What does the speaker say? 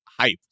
hyped